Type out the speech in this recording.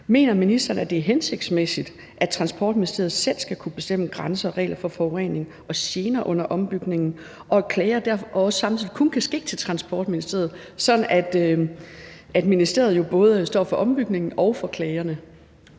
Mener ministeren, at det er hensigtsmæssigt, at Transportministeriet selv skal kunne bestemme grænser og regler for forurening og gener under ombygningen, og at klager samtidig kun kan ske til Transportministeriet, sådan at ministeriet jo både står for ombygningen og for behandling